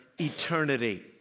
eternity